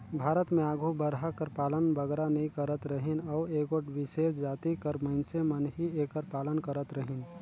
भारत में आघु बरहा कर पालन बगरा नी करत रहिन अउ एगोट बिसेस जाति कर मइनसे मन ही एकर पालन करत रहिन